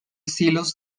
estilos